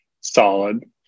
solid